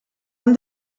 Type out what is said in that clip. han